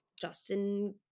Justin